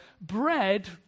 bread